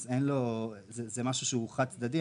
זה משהו שהוא חד צדדי.